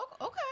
okay